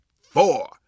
four